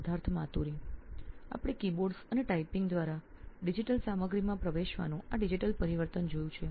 Siddharth Maturi CEO નોઇન electronics keyboards અને typing દ્વારા સામગ્રીને એન્ટર કરવાનું ડિજિટલ પરિવર્તન આપણે જોયું છે